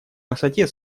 высоте